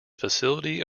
facility